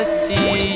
see